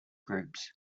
groups